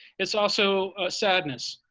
it's also a sadness,